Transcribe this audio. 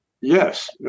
Yes